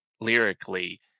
lyrically